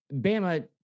Bama